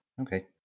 Okay